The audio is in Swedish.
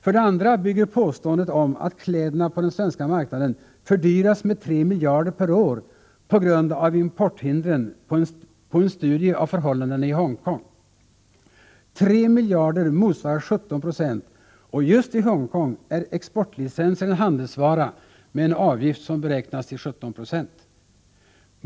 För det andra bygger påståendet om att kläderna på den svenska marknaden fördyras med över 3 miljarder per år på grund av importhindren på en studie av förhållandena i Hongkong. 3 miljarder motsvarar 17 96, och just i Hongkong är exportlicenser en handelsvara med en avgift som beräknats till 17 20.